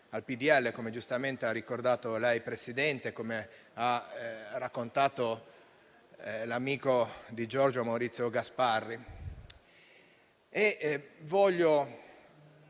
al PdL, come giustamente ha ricordato anche lei, signor Presidente, e come ha raccontato l'amico di Giorgio, Maurizio Gasparri.